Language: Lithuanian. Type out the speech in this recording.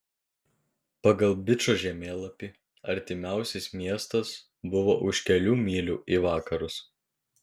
pagal bičo žemėlapį artimiausias miestas buvo už kelių mylių į vakarus